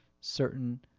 certain